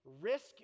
risk